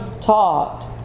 taught